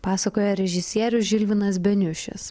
pasakoja režisierius žilvinas beniušis